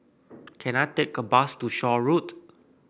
can I take a bus to Shaw Road